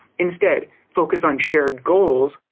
instead, focus on shared goals,